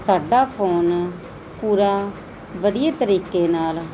ਸਾਡਾ ਫੋਨ ਪੂਰਾ ਵਧੀਆ ਤਰੀਕੇ ਨਾਲ